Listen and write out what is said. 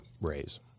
raise